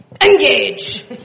Engage